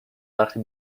وقتی